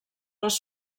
les